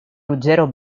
ruggero